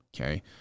Okay